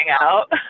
out